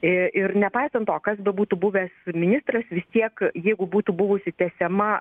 ir nepaisant to kas bebūtų buvęs ministras vis tiek jeigu būtų buvusi tęsiama